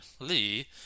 Lee